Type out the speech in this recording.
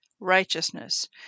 righteousness